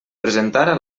presentara